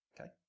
okay